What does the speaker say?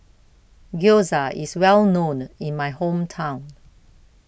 Gyoza IS Well known in My Hometown